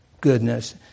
goodness